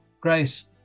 Grace